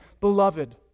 Beloved